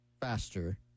faster